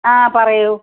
ആ പറയൂ